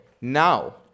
now